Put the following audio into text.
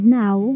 now